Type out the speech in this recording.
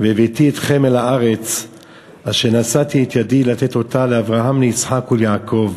"והבאתי אתכם אל הארץ אשר נשאתי את ידי לתת אתה לאברהם ליצחק וליעקב".